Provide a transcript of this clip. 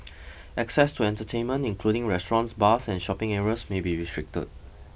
access to entertainment including restaurants bars and shopping areas may be restricted